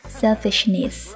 selfishness